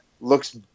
looks